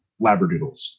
Labradoodles